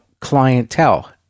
clientele